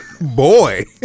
Boy